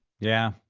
yeah,